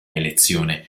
elezione